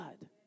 God